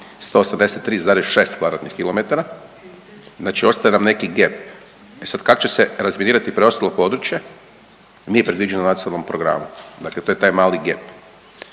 183,6 kvadratnih kilometara. Znači ostaje nam neki gaap, e sad kak će se razminirati preostalo područje nije predviđeno u nacionalnom programu. Dakle, to je taj mali gaap.